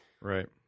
Right